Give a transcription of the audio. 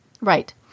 Right